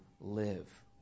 live